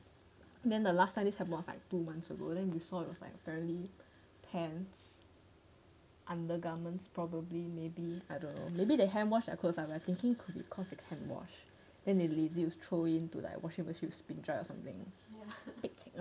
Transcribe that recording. then the last time this happens it's like about two months ago then we saw like apparently pants undergarments probably maybe I don't know maybe the hand wash their clothes I'm thinking could because they hand wash then they lazy to throw into like washing machine to spin dry or something pek cek right